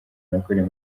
nakoreye